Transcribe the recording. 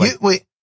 Wait